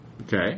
Okay